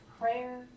prayer